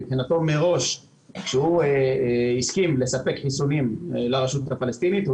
כשהוא הסכים לספק חיסונים לרשות הפלסטינית,